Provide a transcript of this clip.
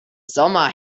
sommer